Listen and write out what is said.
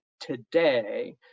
today